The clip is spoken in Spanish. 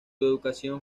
educación